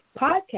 Podcast